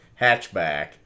hatchback